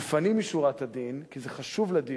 לפנים משורת הדין, כי זה חשוב לדיון,